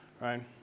right